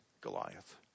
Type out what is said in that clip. Goliath